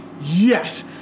yes